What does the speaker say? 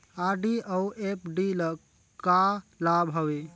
RD अऊ FD ल का लाभ हवे?